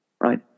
Right